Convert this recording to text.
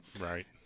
Right